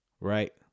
Right